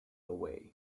away